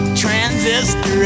transistor